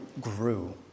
grew